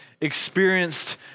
experienced